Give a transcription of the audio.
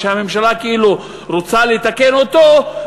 והממשלה כאילו רוצה לתקן אותו,